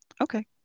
Okay